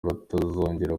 batazongera